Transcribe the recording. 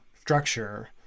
structure